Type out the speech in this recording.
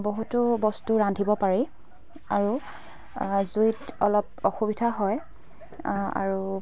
বহুতো বস্তু ৰান্ধিব পাৰি আৰু জুইত অলপ অসুবিধা হয় আৰু